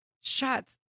Shots